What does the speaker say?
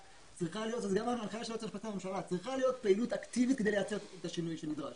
צריכה להיות פעילות אקטיבית כדי לייצר את השינוי הנדרש